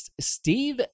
Steve